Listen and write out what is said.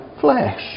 flesh